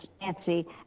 Nancy